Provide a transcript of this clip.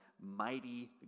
mighty